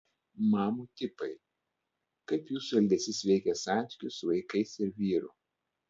mamų tipai kaip jūsų elgesys veikia santykius su vaikais ir vyru